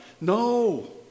No